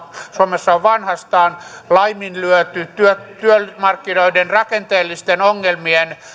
suomessa on vanhastaan laiminlyöty työmarkkinoiden rakenteellisten ongelmien